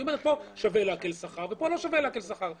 היא אומרת פה שווה לעקל שכר ופה לא שווה לעקל שכר,